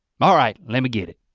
all right, lemme get it.